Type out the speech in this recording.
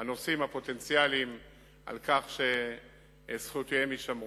הנוסעים הפוטנציאליים על כך שזכויותיהם יישמרו,